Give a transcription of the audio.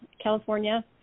California